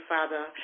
Father